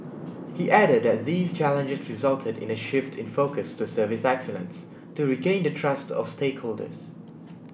he added that these challenges resulted in a shift in focus to service excellence to regain the trust of stakeholders